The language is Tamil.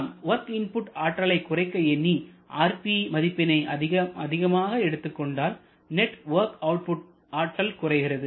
நாம் வொர்க் இன்புட் ஆற்றலை குறைக்க எண்ணி rp மதிப்பினை அதிகமாக எடுத்துக்கொண்டால் நெட் வொர்க் அவுட்புட் ஆற்றலும் குறைகிறது